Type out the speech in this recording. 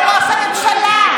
למה לא הורסים את הבית של המחבל אבו